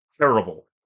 terrible